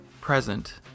present